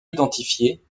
identifiée